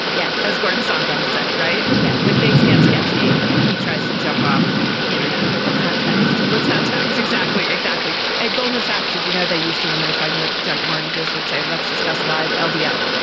yes. as gordon sandlin would say right. yes. when things get sketchy he tries to jump off the internet and not text. let's not text exactly exactly at goldman sachs did you know they used to when they were talking about junk mortgages would say let's discuss live ah ldl.